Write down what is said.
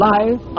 Life